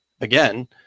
again